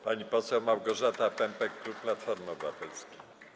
Pani poseł Małgorzata Pępek, klub Platformy Obywatelskiej.